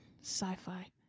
Sci-fi